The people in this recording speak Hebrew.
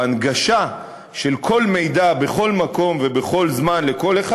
בהנגשה של כל מידע בכל מקום ובכל זמן לכל אחד,